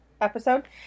episode